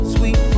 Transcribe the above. Sweet